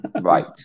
Right